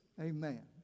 Amen